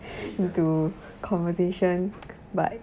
into conversation but